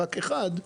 רק אחד: